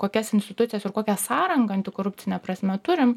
kokias institucijas ir kokią sąrangą antikorupcine prasme turim